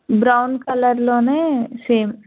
brown కలర్లో same